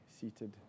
seated